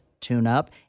tune-up